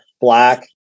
black